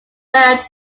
band